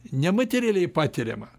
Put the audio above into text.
nematerialiai patiriamą